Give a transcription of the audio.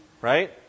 right